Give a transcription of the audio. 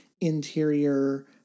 interior